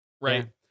Right